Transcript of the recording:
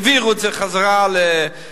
העבירו את זה חזרה למשרד,